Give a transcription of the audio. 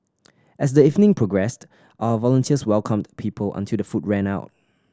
as the evening progressed our volunteers welcomed people until the food ran out